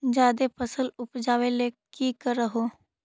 जादे फसल उपजाबे ले की कर हो?